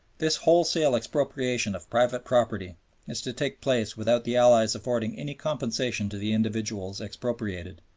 this wholesale expropriation of private property is to take place without the allies affording any compensation to the individuals expropriated,